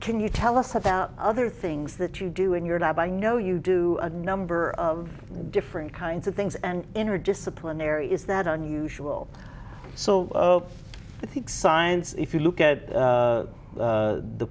can you tell us about other things that you do in your lab i know you do a number of different kinds of things and inner disciplinary is that unusual so i think science if you look at